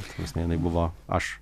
ta prasme jinai buvo aš